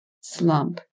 slump